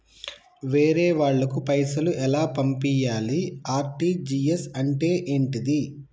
వేరే వాళ్ళకు పైసలు ఎలా పంపియ్యాలి? ఆర్.టి.జి.ఎస్ అంటే ఏంటిది?